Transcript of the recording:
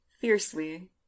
fiercely